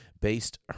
based